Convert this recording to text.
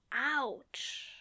Ouch